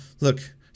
Look